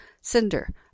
Cinder